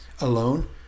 alone